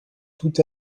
tout